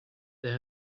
there